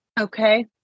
okay